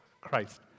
Christ